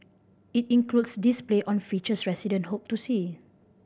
it includes display on features resident hope to see